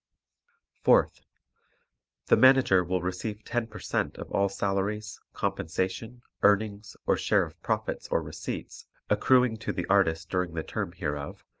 fourth the manager will receive ten per cent of all salaries, compensation, earnings or share of profits or receipts accruing to the artist during the term hereof,